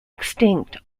extinct